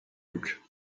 look